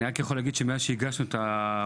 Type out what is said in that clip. אני רק יכול להגיד שמאז שהגשנו את הבקשה